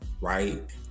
Right